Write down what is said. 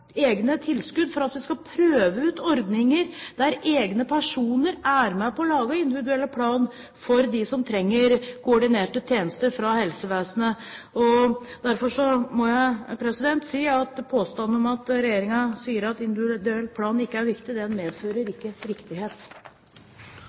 egne tilskudd for at vi skal prøve ut ordninger der personer er med på å lage en individuell plan for dem som trenger koordinerte tjenester fra helsevesenet. Derfor må jeg si at påstanden om at regjeringen sier at individuell plan ikke er viktig, medfører